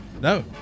No